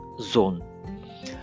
zone